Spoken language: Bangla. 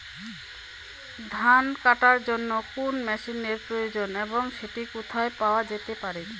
ধান কাটার জন্য কোন মেশিনের প্রয়োজন এবং সেটি কোথায় পাওয়া যেতে পারে?